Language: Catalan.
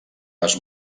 les